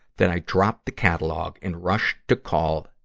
that i dropped the catalog and rushed to call,